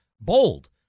bold